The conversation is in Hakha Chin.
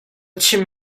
chim